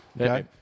Okay